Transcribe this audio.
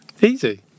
Easy